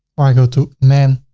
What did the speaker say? or i go to men,